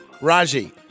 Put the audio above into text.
Raji